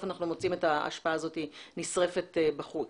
אנחנו מוצאים את האשפה הזאת נשרפת בחוץ.